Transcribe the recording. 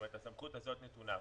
כלומר הסמכות הזאת נתונה.